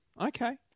Okay